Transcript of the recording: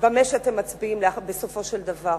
במה שאתם מצביעים, בסופו של דבר.